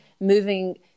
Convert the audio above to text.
moving